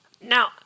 Now